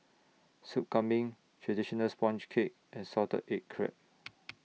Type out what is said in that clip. Soup Kambing Traditional Sponge Cake and Salted Egg Crab